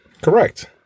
Correct